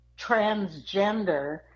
transgender